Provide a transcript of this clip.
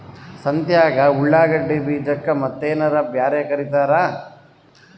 ಸಂತ್ಯಾಗ ಉಳ್ಳಾಗಡ್ಡಿ ಬೀಜಕ್ಕ ಮತ್ತೇನರ ಬ್ಯಾರೆ ಕರಿತಾರ?